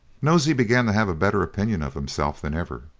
nosey began to have a better opinion of himself than ever.